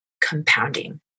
compounding